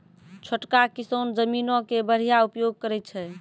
छोटका किसान जमीनो के बढ़िया उपयोग करै छै